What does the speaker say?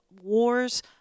wars